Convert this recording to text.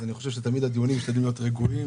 אני חושב שתמיד הדיונים צריכים להיות רגועים.